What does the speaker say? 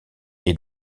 est